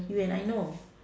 you and I know